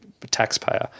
Taxpayer